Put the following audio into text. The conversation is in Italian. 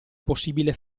possibile